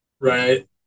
Right